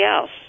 else